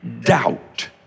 doubt